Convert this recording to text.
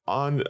on